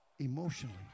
emotionally